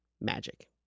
magic